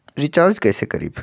Recharge कैसे करीब?